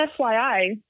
FYI